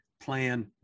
plan